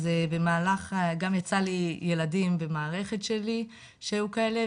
אז גם יצא לי ילדים במערכת שלי שהיו כאלה,